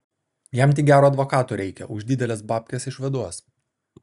jam tik gero advokato reikia už dideles babkes išvaduos